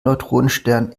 neutronenstern